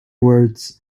words